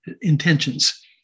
intentions